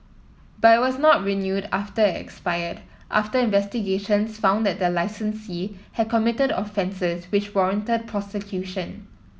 but it was not renewed after it expired after investigations found that the licensee had committed offences which warranted prosecution